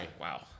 Wow